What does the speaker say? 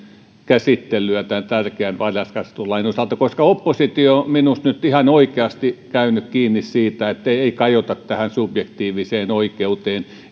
käsittelyä tämän tärkeän varhaiskasvatuslain osalta oppositio on minusta nyt ihan oikeasti käynyt kiinni siitä ettei kajota subjektiiviseen oikeuteen